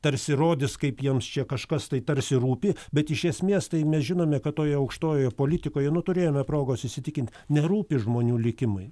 tarsi rodys kaip jiems čia kažkas tai tarsi rūpi bet iš esmės tai mes žinome kad toje aukštojoje politikoje nu turėjome progos įsitikint nerūpi žmonių likimai